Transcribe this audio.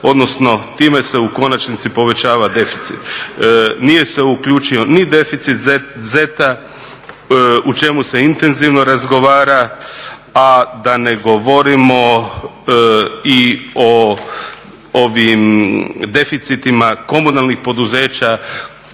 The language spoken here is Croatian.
odnosno time se u konačnici povećava deficit. Nije se uključio ni deficit ZET-a o čemu se intenzivno razgovara, a da ne govorimo i o ovim deficitima komunalnih poduzeća